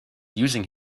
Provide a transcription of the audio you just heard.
using